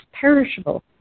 perishable